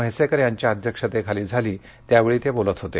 म्हैसेकर यांच्या अध्यक्षतेखाली झाली त्यावेळी ते बोलत होते